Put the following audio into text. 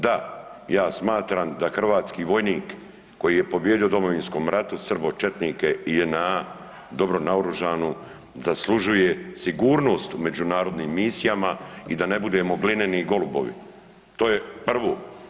Da, ja smatram da hrvatski vojnik koji je pobijedio u Domovinskom ratu srbočetnike JNA dobro naoružanu zaslužuje sigurnost u međunarodnim misijama i da ne budemo „glineni golubovi“ to je prvo.